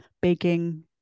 baking